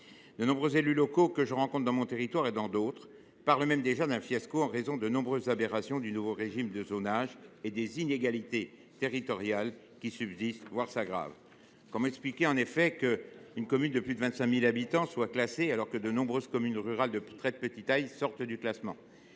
De nombreux élus locaux, que je rencontre dans mon territoire et dans d’autres, parlent même déjà d’un fiasco en raison de nombreuses aberrations du nouveau régime de zonage et des inégalités territoriales qui subsistent, voire s’aggravent. Comme expliquer en effet qu’une commune de plus de 25 000 habitants soit classée, alors que de nombreuses communes rurales de très petite taille sortent du classement ?